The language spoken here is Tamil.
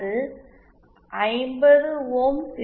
அது 50 ஓம்ஸ்